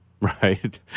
Right